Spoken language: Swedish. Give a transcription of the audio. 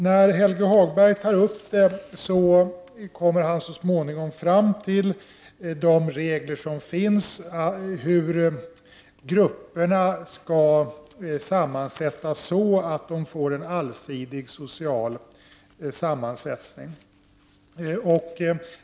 När Helge Hagberg tar upp det kommer han så småningom fram till de regler som finns för hur grupperna skall sammansättas så att de får en allsidig social sammansättning.